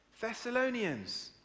Thessalonians